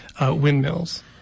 windmills